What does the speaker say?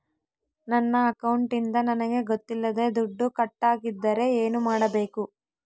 ನನ್ನ ಅಕೌಂಟಿಂದ ನನಗೆ ಗೊತ್ತಿಲ್ಲದೆ ದುಡ್ಡು ಕಟ್ಟಾಗಿದ್ದರೆ ಏನು ಮಾಡಬೇಕು?